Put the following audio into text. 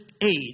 Aid